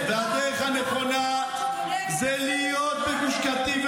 והדרך הנכונה היא להיות בגוש קטיף,